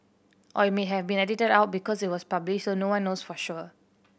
or it may have been edited out because it was published so no one knows for sure